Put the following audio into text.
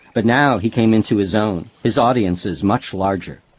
but now he came into his own, his audiences much larger.